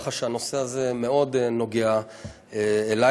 כך שהנושא הזה מאוד נוגע לי.